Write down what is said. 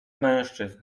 mężczyzn